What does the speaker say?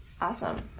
Awesome